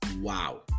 wow